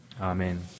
Amen